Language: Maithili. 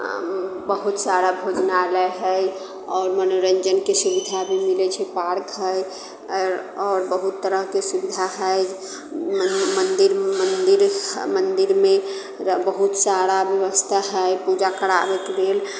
बहुत सारा भोजनालय है आओर मनोरञ्जन के सुबिधा भी मिलै है आओर बहुत तरहके सुबिधा है मन्दिर मन्दिर मन्दिर मे बहुत सारा ब्यबस्था है पूजा कराबै के लेल